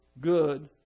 good